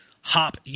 hop